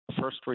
first